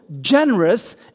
generous